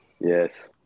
yes